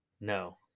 No